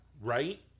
Right